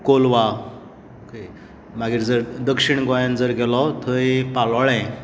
कोल्वा मागीर जर दक्षीण गोंयांत जर गेलो थंय पालोळें